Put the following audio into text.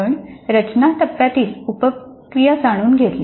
आपण रचना टप्प्यातील उप प्रक्रिया जाणून घेतल्या